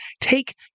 take